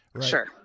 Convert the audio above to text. Sure